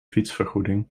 fietsvergoeding